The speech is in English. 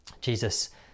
Jesus